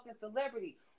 celebrity